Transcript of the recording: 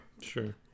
Sure